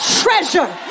treasure